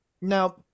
now